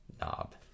knob